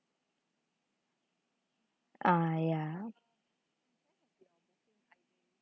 uh ya